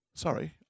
Sorry